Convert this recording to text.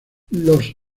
los